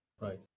Right